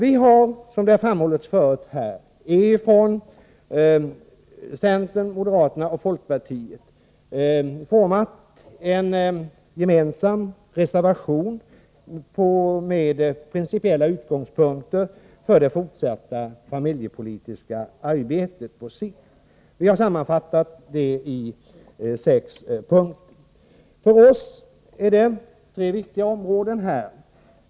Centern, moderaterna och folkpartiet har, som förut framhållits, utformat en gemensam reservation med principiella utgångspunkter för det fortsatta familjepolitiska arbetet på sikt. Vi har sammanfattat det i sex punkter. För oss är tre områden viktiga.